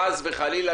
חס וחלילה,